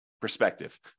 Perspective